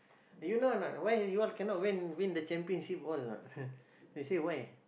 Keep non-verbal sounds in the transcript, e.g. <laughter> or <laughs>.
do you know or not why you all cannot win win the championship all or not <laughs> they said why